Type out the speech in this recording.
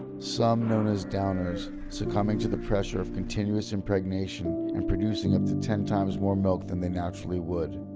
some known as downers succumbing to the pressure of continuous impregnation and producing up to ten times more milk than they naturally would,